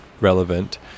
relevant